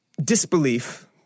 disbelief